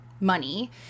money